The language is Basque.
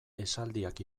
esaldiak